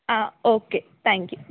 ആ okay thank you